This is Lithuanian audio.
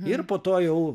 ir po to jau